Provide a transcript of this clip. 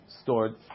stored